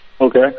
Okay